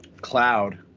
cloud